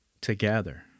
together